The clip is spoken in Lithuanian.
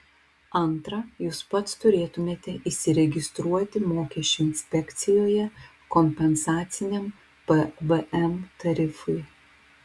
antra jūs pats turėtumėte įsiregistruoti mokesčių inspekcijoje kompensaciniam pvm tarifui